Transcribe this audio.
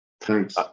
Thanks